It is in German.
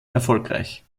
erfolgreich